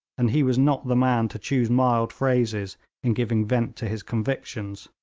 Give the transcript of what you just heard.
and he was not the man to choose mild phrases in giving vent to his convictions.